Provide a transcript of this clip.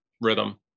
rhythm